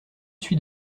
suis